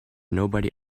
nobody